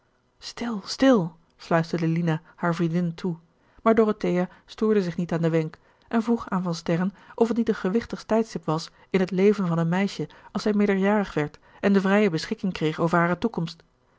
stil stil fluisterde lina haar vriendin toe maar dorothea stoorde zich niet aan den wenk en vroeg aan van sterren of het niet een gewichtig tijdstip was in het leven van een meisje als zij meerderjarig werd en de vrije beschikking kreeg over hare toekomst